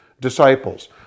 disciples